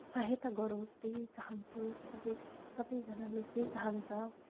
सहायता गरोस् त्यही चाहन्छु सबै सबैजनाले त्यही चाहन्छ